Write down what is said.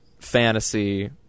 fantasy